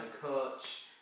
coach